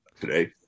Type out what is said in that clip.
today